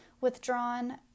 withdrawn